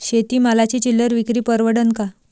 शेती मालाची चिल्लर विक्री परवडन का?